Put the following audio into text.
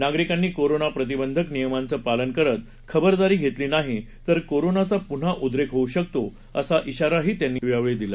नागरिकांनी कोरोना प्रतिबंधक नियमांचं पालन करत खबरदारी घेतली नाही तर कोरोनाचा पुन्हा उद्रेक होऊ शकतो असा शिवाही राज्यपालांनी यावेळी दिला